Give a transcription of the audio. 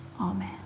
Amen